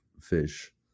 fish